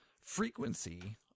frequency